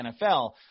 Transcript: NFL